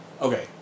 okay